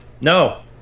No